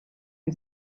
the